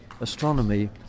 astronomy